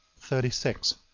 thirty six.